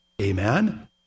Amen